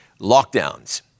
Lockdowns